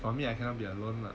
for me I cannot be alone lah